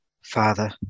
Father